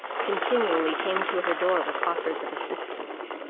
continually came to her door with offers of assistance.